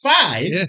Five